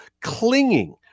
clinging